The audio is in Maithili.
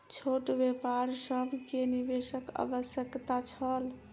छोट व्यापार सभ के निवेशक आवश्यकता छल